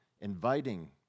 inviting